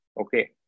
okay